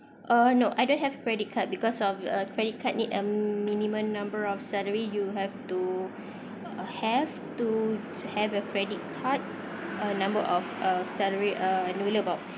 uh no I don't have credit card because of uh credit card need a minimum number of salary you have to have to have a credit card a number of a salary uh minimum about